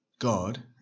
God